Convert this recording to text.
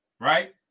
right